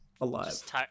alive